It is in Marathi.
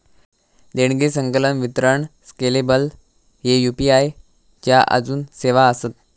देणगी, संकलन, वितरण स्केलेबल ह्ये यू.पी.आई च्या आजून सेवा आसत